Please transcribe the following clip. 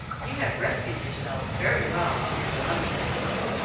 you have rescued yourself very well from your dilemma this time.